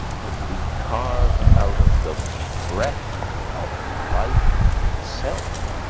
but be carved out of the breath of life itself.